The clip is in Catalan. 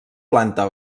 planta